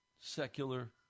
secular